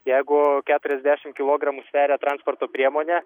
jeigu keturiasdešim kilogramų sveria transporto priemonė